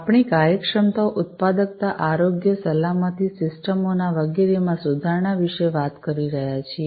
આપણે કાર્યક્ષમતા ઉત્પાદકતા આરોગ્ય સલામતી સિસ્ટમો ના વગેરે માં સુધારણા વિશે વાત કરી રહ્યા છીએ